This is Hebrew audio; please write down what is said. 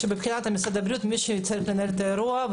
שמבחינת משרד הבריאות מי שצריך לנהל את האירוע,